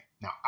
Now